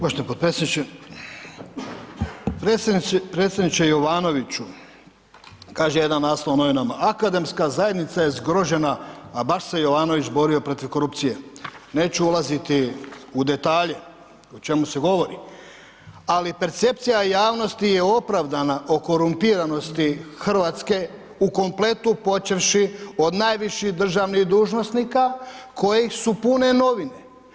Poštovani podpredsjedniče, predsjedniče Jovanoviću kaže jedan naslov u novinama, akademska zajednica je zgrožena a baš se Jovanović borio protiv korupcije, neću ulaziti u detalje o čemu se govori, ali percepcija javnosti je opravdana o korumpiranosti Hrvatske u kompletu počevši od najviših državnih dužnosnika kojih su pune novine.